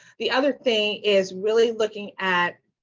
the other thing is really looking at